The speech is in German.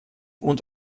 und